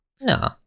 No